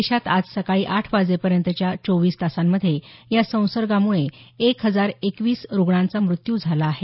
देशात आज सकाळी आठ वाजेपर्यंतच्या चोवीस तासांमधे या संसर्गामुळे एक हजार एकवीस रुग्णांचा मृत्यू झाला आहे